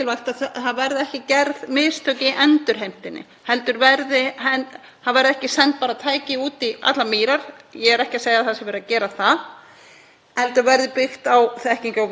heldur verði byggt á þekkingu og vísindum. Byggjum á áliti fagfólks, staðþekkingu og áætlunum um landnýtingu.